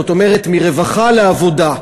זאת אומרת, מרווחה לעבודה.